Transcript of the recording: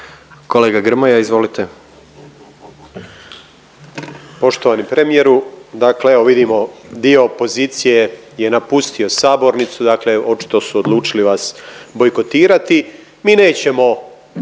**Grmoja, Nikola (MOST)** Poštovani premijeru, dakle evo vidimo dio opozicije je napustio sabornicu, dakle očito su odlučili vas bojkotirati. Mi nećemo